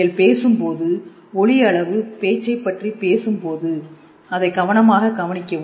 நீங்கள் பேசும்போது ஒலி அளவு பேச்சைப் பற்றி பேசும் போது அதை கவனமாக கவனிக்கவும்